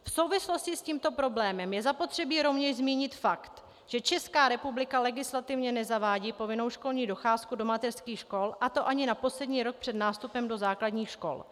V souvislosti s tímto problémem je zapotřebí rovněž zmínit fakt, že Česká republika legislativně nezavádí povinnou školní docházku do mateřských škol, a to ani na poslední rok před nástupem do základních škol.